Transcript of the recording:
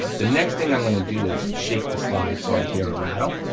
the next thing i'm gonna do is shake the slide so i hear a rattle.